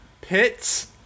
pits